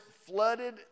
flooded